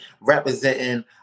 representing